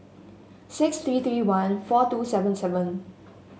six three three one four two seven seven